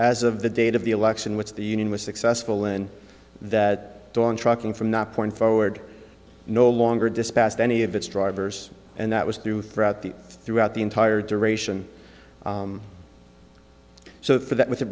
as of the date of the election which the union was successful in that dawn trucking from that point forward no longer dispatched any of its drivers and that was through throughout the throughout the entire duration so that with